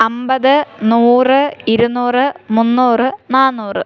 അൻപത് നൂറ് ഇരുന്നൂറ് മുന്നൂറ് നാന്നൂറ്